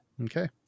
Okay